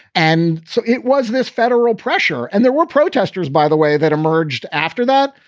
and so it was this federal pressure. and there were protesters, by the way, that emerged after that.